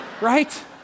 right